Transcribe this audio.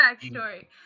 backstory